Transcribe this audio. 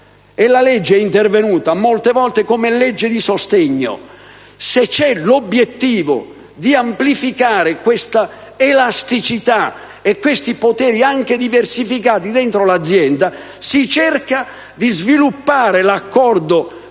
la legge è intervenuta molte volte come legge di sostegno. Se c'è l'obiettivo di amplificare l'elasticità e i poteri anche diversificati dentro l'azienda, si cerca di sviluppare l'accordo